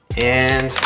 and,